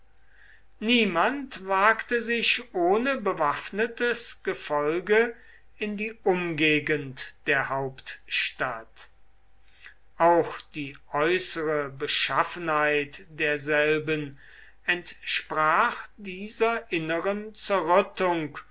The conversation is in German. niemand wagte sich ohne bewaffnetes gefolge in die umgegend der hauptstadt auch die äußere beschaffenheit derselben entsprach dieser inneren